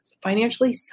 Financially